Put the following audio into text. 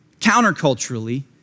counterculturally